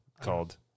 called